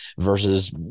versus